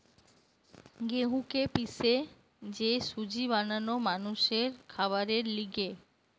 গেহুকে পিষে যে সুজি বানানো মানুষের খাবারের লিগে